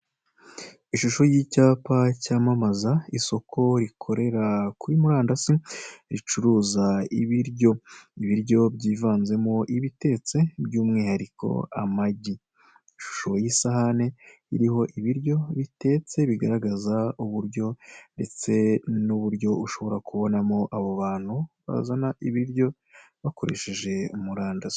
Ishusho y'icyapa cyamamaza isoko rikorera kuri murandasi ricuruza ibiryo, ibiryo byivanzemo ibitetse by'umwihariko amagi, ishusho y'isahane iriho ibiryo bitetse bigaragaza uburyo ndetse n'uburyo ushobora kubonamo abo bantu bazana ibiryo bakoresheje murandasi.